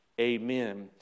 Amen